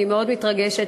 אני מאוד מתרגשת,